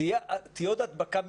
תהיה עוד הדבקה?